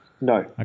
No